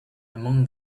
among